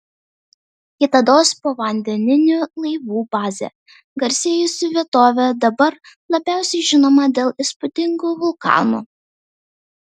kitados povandeninių laivų baze garsėjusi vietovė dabar labiausiai žinoma dėl įspūdingų vulkanų